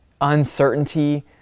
uncertainty